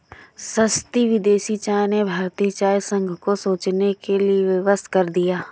सस्ती विदेशी चाय ने भारतीय चाय संघ को सोचने के लिए विवश कर दिया है